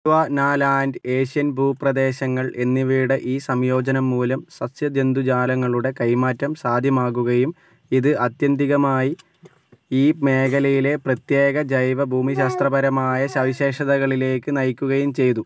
Gondwanaland Asian ഭൂപ്രദേശങ്ങൾ എന്നിവയുടെ ഈ സംയോജനം മൂലം സസ്യജന്തുജാലങ്ങളുടെ കൈമാറ്റം സാധ്യമാകുകയും ഇത് ആത്യന്തികമായി ഈ മേഖലയിലേ പ്രത്യേക ജൈവ ഭൂമിശാസ്ത്രപരമായ സവിശേഷതകളിലേക്ക് നയിക്കുകയും ചെയ്തു